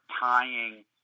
tying